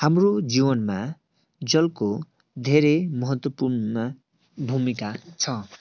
हाम्रो जिवनमा जलको धेरै महत्वपूर्ण भूमिका छ